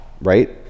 right